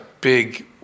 big